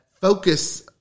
focus